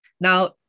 Now